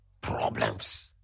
Problems